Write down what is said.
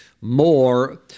more